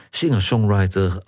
singer-songwriter